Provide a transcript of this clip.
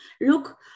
Look